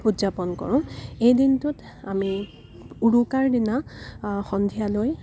উদযাপন কৰোঁ এই দিনটোত আমি উৰুকাৰ দিনা সন্ধিয়ালৈ